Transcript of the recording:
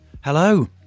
hello